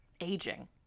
aging